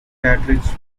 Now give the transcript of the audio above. cartridge